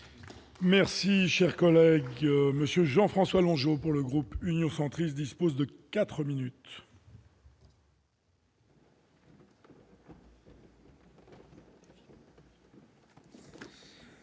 Merci, cher collègue Monsieur Jean-François Longeau pour le groupe Union centriste dispose de 4 minutes.